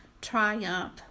triumph